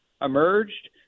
emerged